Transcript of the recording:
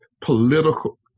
political